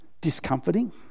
discomforting